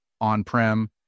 on-prem